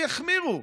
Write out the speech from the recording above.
הן ימשיכו ויחמירו.